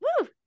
Woo